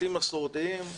בתים מסורתיים.